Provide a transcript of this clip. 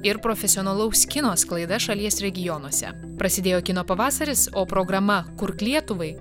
ir profesionalaus kino sklaida šalies regionuose prasidėjo kino pavasaris o programa kurk lietuvai